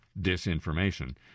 disinformation